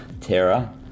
Tara